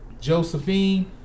Josephine